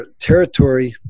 territory